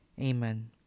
Amen